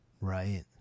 Right